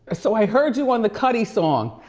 ah so i heard you on the kutty song.